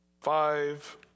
Five